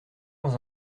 dans